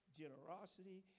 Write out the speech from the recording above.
generosity